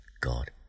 God